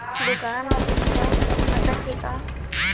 दुकान मा स्कैन हो सकत हे का?